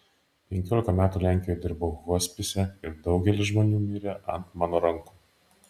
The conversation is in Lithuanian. penkiolika metų lenkijoje dirbau hospise ir daugelis žmonių mirė ant mano rankų